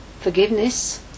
forgiveness